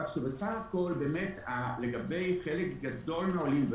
כך שבסך הכול לגבי חלק גדול מהעולים,